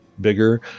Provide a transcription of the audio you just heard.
bigger